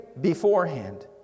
beforehand